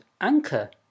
Anchor